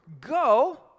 go